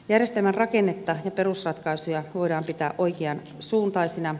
järjestelmän rakennetta ja perusratkaisuja voidaan pitää oikeansuuntaisina